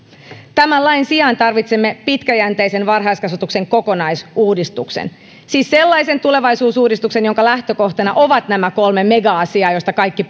tämän lain sijaan tarvitsemme pitkäjänteisen varhaiskasvatuksen kokonaisuudistuksen siis sellaisen tulevaisuusuudistuksen jonka lähtökohtana ovat nämä kolme mega asiaa joista kaikki